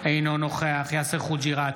אינו נוכח יאסר חוג'יראת,